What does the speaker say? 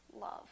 love